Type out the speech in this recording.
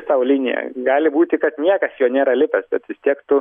sau liniją gali būti kad niekas juo nėra lipęs bet vis tiek tu